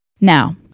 Now